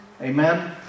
Amen